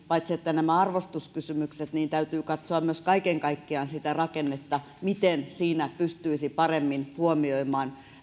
paitsi näitä arvostuskysymyksiä mielestäni täytyy katsoa myös kaiken kaikkiaan sitä rakennetta miten siinä pystyisi paremmin huomioimaan